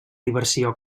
diversió